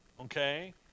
okay